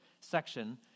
section